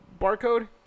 Barcode